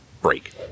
break